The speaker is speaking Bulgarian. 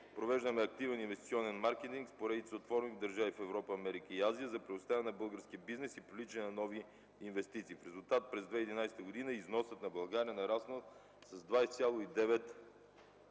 Провеждаме активен инвестиционен маркетинг в поредица от форуми в държави в Европа, Америка и Азия за преуспяване на българския бизнес и привличане на нови инвестиции. В резултат през 2011 г. износът на България е нараснал с 20,9%.